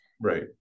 Right